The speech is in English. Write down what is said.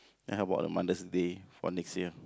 then how about the mother's day for next year